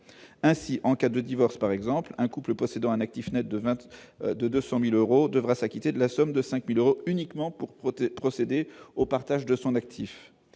ainsi en cas de divorce par exemple un couple possédant un actif Net de 20 de 200000 euros devra s'acquitter de la somme de 5000 euros uniquement pour protéger procéder au partage de son actif